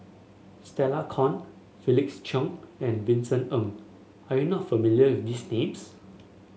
Stella Kon Felix Cheong and Vincent Ng are you not familiar with these names